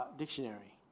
dictionary